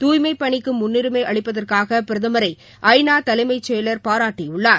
தூய்மைப் பணிக்கு முன்னுிமை அளிப்பதற்காக பிரதமரை ஐ நா தலைமைச் செயலர் பாராட்டியுள்ளார்